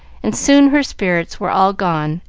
and soon her spirits were all gone,